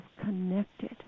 connected